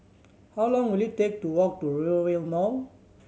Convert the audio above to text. how long will it take to walk to Rivervale Mall